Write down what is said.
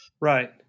Right